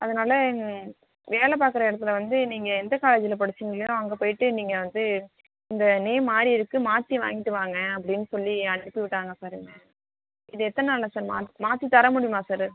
அதனால எங்கே வேலை பார்க்கற இடத்துல வந்து நீங்கள் எந்த காலேஜியில் படிச்சிங்ளியோ அங்கே போயிட்டு நீங்கள் வந்து இந்த நேம் மாறி இருக்குது மாற்றி வாங்கிட்டு வாங்க அப்டினு சொல்லி அனுப்பி விட்டாங்க சார் என்ன இது எத்தனை நாளில் சார் மாத் மாற்றி தர முடியுமா சார்